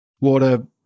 water